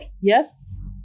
yes